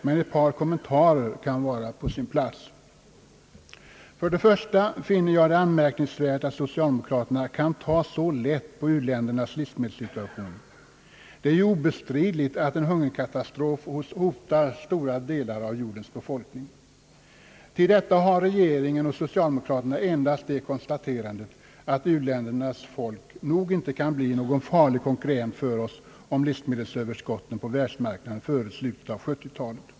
Men ett par kommentarer kan vara på sin plats. Först och främst finner jag det anmärkningsvärt att socialdemokraterna kan ta så lätt på u-ländernas livsmedelssituation. Det är ju obestridligt att en hungerkatastrof hotar stora delar av jordens befolkning. Till detta har regeringen och socialdemokraterna endast det konstaterandet att u-ländernas folk nog inte kan bli någon farlig konkurrrent för oss om livsmedelsöverskot ten på världsmarknaden före slutet av 1970-talet.